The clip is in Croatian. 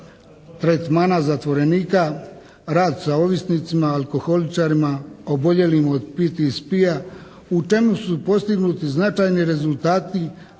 tretmana zatvorenika, rad sa ovisnicima, alkoholičarima, oboljelima od PTSP-a u čemu su postignuti značajni rezultati